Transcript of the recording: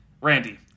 Randy